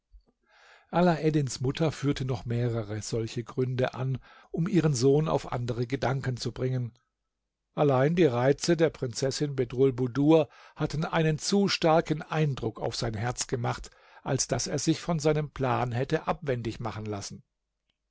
alaeddins mutter führte noch mehrere solche gründe an um ihren sohn auf andere gedanken zu bringen allein die reize der prinzessin bedrulbudur hatten einen zu starken eindruck auf sein herz gemacht als daß er sich von seinem plan hätte abwendig machen lassen